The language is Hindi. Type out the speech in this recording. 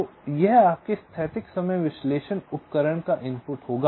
तो यह आपके स्थैतिक समय विश्लेषण उपकरण का इनपुट होगा